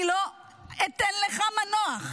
אני לא אתן לך מנוח.